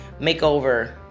Makeover